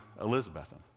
Elizabethan